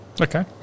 Okay